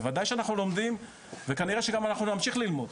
בוודאי שאנחנו לומדים וכנראה שגם נמשיך ללמוד.